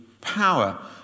power